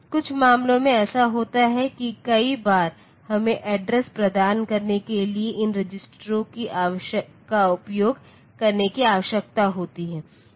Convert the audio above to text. कुछ मामलों में ऐसा होता है कि कई बार हमें एड्रेस प्रदान करने के लिए इन रजिस्टरों का उपयोग करने की आवश्यकता होती है